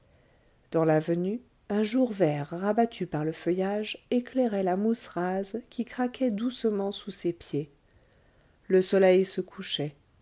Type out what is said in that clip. dans l'avenue un jour vert rabattu par le feuillage éclairait la mousse rase qui craquait doucement sous ses pieds le soleil se couchait